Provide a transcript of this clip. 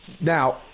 Now